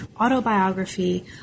autobiography